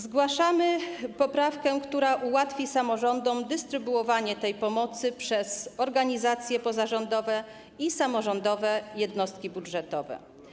Zgłaszamy poprawkę, która ułatwi samorządom dystrybuowanie tej pomocy przez organizacje pozarządowe i samorządowe jednostki budżetowe.